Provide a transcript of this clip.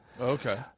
Okay